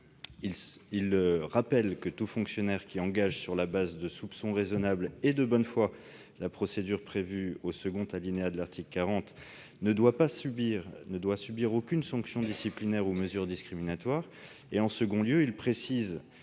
il rappelle que tout fonctionnaire qui engage sur la base de soupçons raisonnables, et de bonne foi, la procédure prévue au second alinéa de l'article 40 du code de procédure pénale ne doit subir aucune sanction disciplinaire ou mesure discriminatoire. En second lieu, il précise